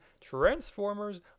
Transformers